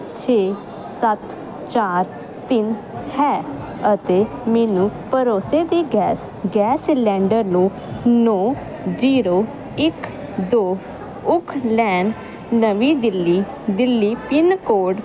ਛੇ ਸੱਤ ਚਾਰ ਤਿੰਨ ਹੈ ਅਤੇ ਮੈਨੂੰ ਭਰੋਸੇ ਦੇ ਗੈਸ ਗੈਸ ਸਿਲੰਡਰ ਨੂੰ ਨੂੰ ਜੀਰੋ ਇੱਕ ਦੋ ਉਕ ਲੇਨ ਨਵੀਂ ਦਿੱਲੀ ਦਿੱਲੀ ਪਿੰਨ ਕੋਡ